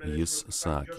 jis sakė